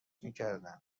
میکردند